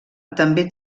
també